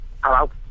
Hello